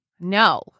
No